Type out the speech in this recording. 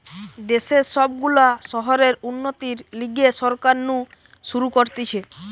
দেশের সব গুলা শহরের উন্নতির লিগে সরকার নু শুরু করতিছে